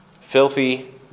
filthy